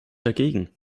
dagegen